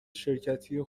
شرکتی